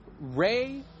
Ray